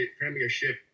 Premiership